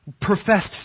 professed